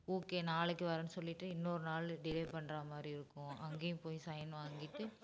okay நாளைக்கு வரேன்னு சொல்லிவிட்டு இன்னொரு நாள் டிலே பண்ணுற மாதிரி இருக்கும் அங்கேயும் போய் சைன் வாங்கிகிட்டு